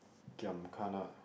giam kana